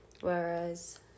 Whereas